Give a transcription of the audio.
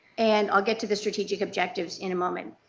and will get to the strategic objectives in a moment.